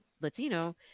Latino